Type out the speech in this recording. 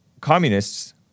communists